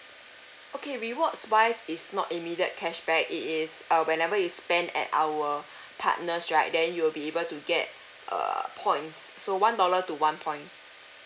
okay rewards wise is not immediate cashback it is uh whenever you spend at our partners right then you'll be able to get err points so one dollar to one point